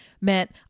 meant